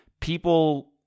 people